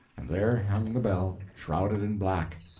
and there hung the bell, shrouded in black,